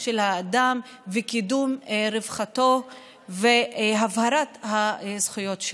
של האדם וקידום רווחתו והבהרת הזכויות שלו.